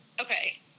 Okay